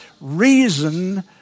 Reason